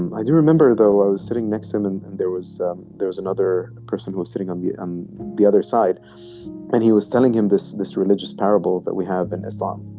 and i do remember, though, i was sitting next to him and and there was there was another person who was sitting on the um the other side and he was telling him this this religious parable that we have been aslan.